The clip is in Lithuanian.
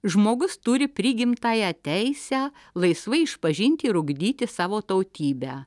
žmogus turi prigimtąją teisę laisvai išpažinti ir ugdyti savo tautybę